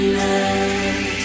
love